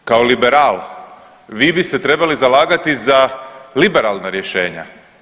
Drugo, kao liberal vi bi se trebali zalagati za liberalna rješenja.